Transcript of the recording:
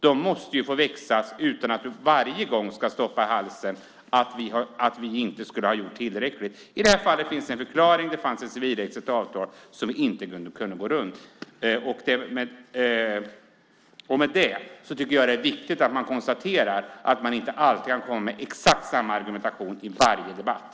De måste ju få väckas utan att du varje gång ska stoppa i halsen att vi inte skulle ha gjort tillräckligt. I det här fallet finns det en förklaring. Det fanns ett civilrättsligt avtal som vi inte kunde gå runt. Med det tycker jag att det är viktigt att man konstaterar att man inte alltid kan komma med exakt samma argumentation i varje debatt.